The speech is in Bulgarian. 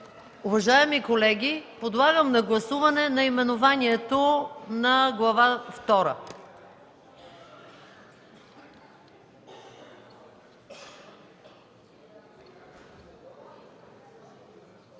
Уважаеми колеги, подлагам на гласуване наименованието на Глава